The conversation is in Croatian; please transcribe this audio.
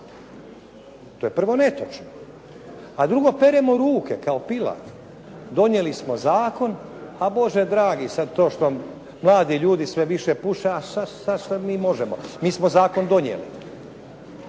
To je prvo netočno. A drugo, peremo ruke kao Pilat. Donijeli smo zakon, a Bože dragi sada to što mladi ljudi sve više puše, a šta sada mi možemo, mi smo zakon donijeli.